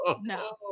no